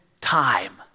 time